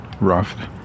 rough